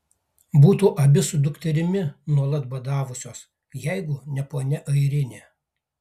būtų abi su dukterimi nuolat badavusios jeigu ne ponia airinė